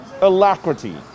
Alacrity